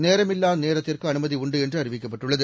நேரமில்லாநேரத்திற்குஅனுமதிஉண்டுஎன்றுஅறிவிக்கப்பட்டுள்ளது